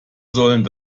sollten